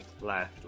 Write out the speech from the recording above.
Left